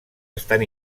estan